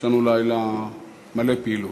יש לנו לילה מלא פעילות.